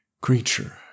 creature